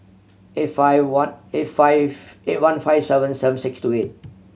eight five one eight five eight one five seven seven six two eight